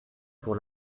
pour